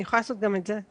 אני יכולה לעשות גם את זה.